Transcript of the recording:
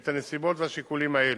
את הנסיבות והשיקולים האלה: